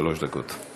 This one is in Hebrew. שלוש דקות.